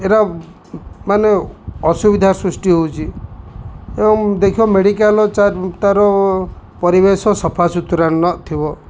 ଏରା ମାନେ ଅସୁବିଧା ସୃଷ୍ଟି ହଉଛି ଏବଂ ଦେଖ ମେଡ଼ିକାଲ ତାର ପରିବେଶ ସଫାସୁତୁରା ନ ଥିବ